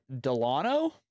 Delano